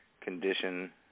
condition